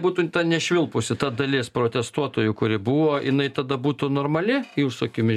būtų nešvilpusi ta dalis protestuotojų kuri buvo jinai tada būtų normali jūsų akimis